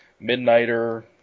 Midnighter